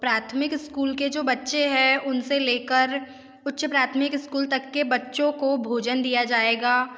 प्राथमिक स्कूल के जो बच्चे हैं उनसे लेकर उच्च प्राथमिक स्कूल तक के बच्चों को भोजन दिया जाएगा